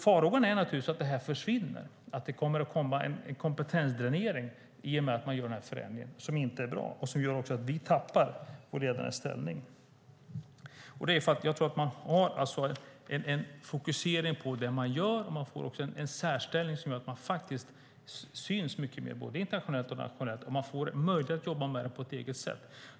Farhågan är att detta försvinner och att det i och med förändringen blir en kompetensdränering som inte är bra och som gör att vi tappar vår ledande ställning. Swedec är fokuserade på det man gör. Det ger en särställning som gör att man syns nationellt och internationellt, och man får möjlighet att jobba med det på ett eget sätt.